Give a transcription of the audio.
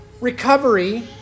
recovery